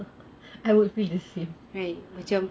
I would feel the same